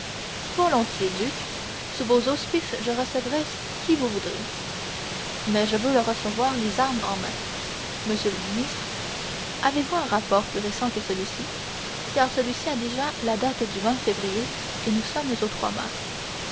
volontiers duc sous vos auspices je recevrai qui vous voudrez mais je veux le recevoir les armes en main monsieur le ministre avez-vous un rapport plus récent que celui-ci car celui-ci a déjà la date du février et nous sommes au mars